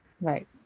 Right